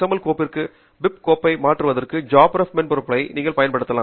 L கோப்பிற்கு பிபி கோப்பை மாற்றுவதற்கு ஜாப்ரெப் மென்பொருளை நீங்கள் பயன்படுத்தலாம்